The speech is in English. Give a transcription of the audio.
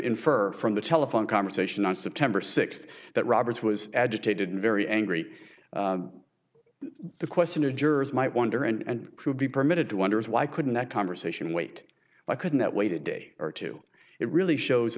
infer from the telephone conversation on september sixth that roberts was agitated and very angry the question of jurors might wonder and truth be permitted to wonders why couldn't that conversation wait i couldn't that way to day or two it really shows